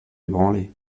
ébranlée